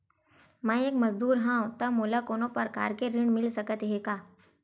मैं एक मजदूर हंव त मोला कोनो प्रकार के ऋण मिल सकत हे का?